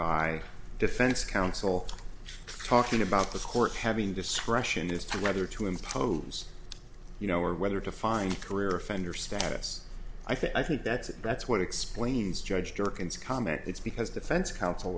i defense counsel talking about the court having discretion as to whether to impose you know or whether to fine career offender status i think that's that's what explains judge durkin's comment it's because defense counsel